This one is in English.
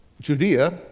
Judea